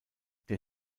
der